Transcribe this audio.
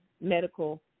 medical